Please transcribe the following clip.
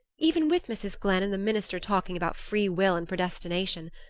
even with mrs. glenn and the minister talking about free-will and predestination.